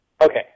Okay